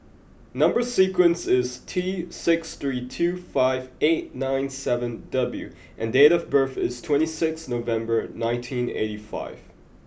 number sequence is T six three two five eight nine seven W and date of birth is twenty six November nineteen eighty five